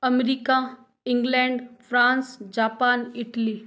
America England France Japan Italy